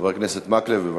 חבר הכנסת מקלב, בבקשה.